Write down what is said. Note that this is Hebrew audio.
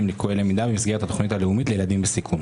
לקויים למידה במסגרת התכנית הלאומית לילדים בסיכון.